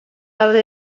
ale